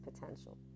potential